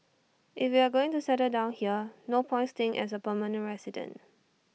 if we are going to settle down here no point staying as A permanent resident